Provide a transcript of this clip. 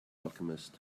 alchemist